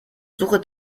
suche